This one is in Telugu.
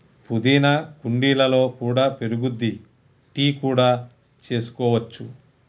పుదీనా కుండీలలో కూడా పెరుగుద్ది, టీ కూడా చేసుకోవచ్చు